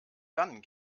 dann